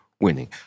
winning